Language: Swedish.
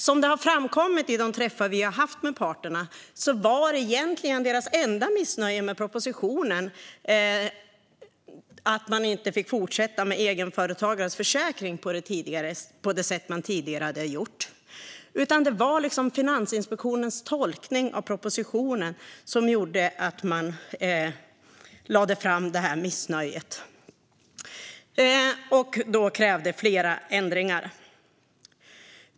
Som det har framkommit vid de träffar vi har haft med parterna var egentligen deras enda missnöje med propositionen att man inte fick fortsätta med egenföretagares försäkring på det sätt man tidigare hade gjort. Det var Finansinspektionens tolkning av propositionen som gjorde att de lade fram missnöjet och krävde flera ändringar.